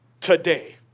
today